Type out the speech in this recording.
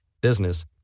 business